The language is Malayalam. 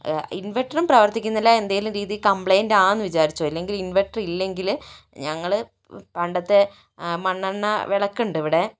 ഇൻവർട്ടറും പ്രവർത്തിക്കുന്നില്ല ഏതെങ്കിലും രീതിയിൽ കംപ്ലീറ്റ് ആണെന്ന് വിചാരിച്ചോ അല്ലെങ്കില് ഇൻവെർട്ടർ ഇല്ലെങ്കില് ഞങ്ങള് പണ്ടത്തെ ആ മണ്ണെണ്ണ വിളക്ക് ഉണ്ടിവിടെ